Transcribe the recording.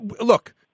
look